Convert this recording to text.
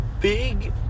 big